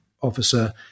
officer